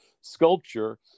sculpture